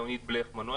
ליאוניד בלחמן.